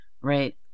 Right